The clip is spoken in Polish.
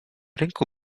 rynku